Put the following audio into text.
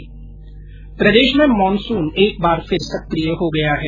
प्रदेश में मानसून एक बार फिर सक्रिय हो गया है